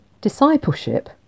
Discipleship